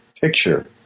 picture